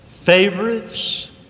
favorites